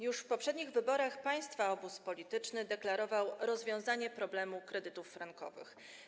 Już w poprzednich wyborach państwa obóz polityczny deklarował rozwiązanie problemu kredytów frankowych.